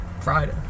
friday